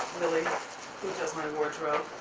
willy who does my wardrobe.